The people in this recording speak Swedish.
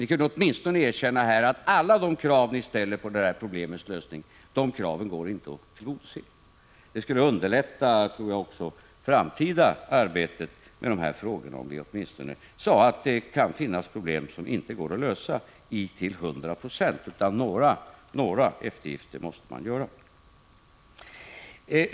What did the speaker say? Ni kunde åtminstone erkänna att alla de krav på problemets lösning som ni ställer inte går att tillgodose. Det skulle, tror jag, underlätta också det framtida arbetet med dessa frågor, om ni åtminstone sade att det kan finnas problem som inte går att lösa till hundra procent och att man måste göra några eftergifter.